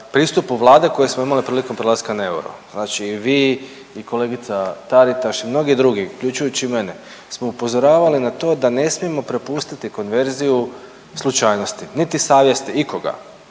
pristupu Vlade koju smo imali prilikom prelaska na euro. Znači vi i kolegica Taritaš i mnogi drugi uključujući i mene smo upozoravali na to da ne smijemo prepustiti konverziju slučajnosti, niti savjesti ikoga.